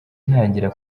ntangira